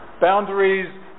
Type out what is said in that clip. Boundaries